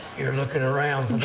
you're looking around